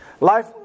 Life